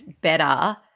better